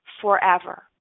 forever